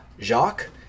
Jacques